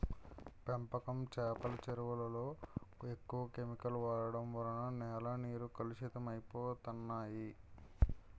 పెంపకం చేపల చెరువులలో ఎక్కువ కెమికల్ వాడడం వలన నేల నీరు కలుషితం అయిపోతన్నాయి